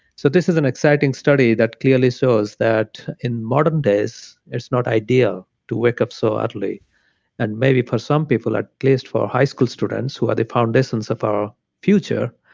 so this is an exciting study that clearly shows that in modern days, it's not ideal to wake up so early and, maybe for some people at least for high school students who are the foundations of our future,